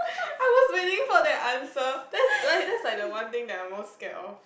I was waiting for that answer that's that's like the one thing I'm most scared of